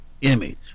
image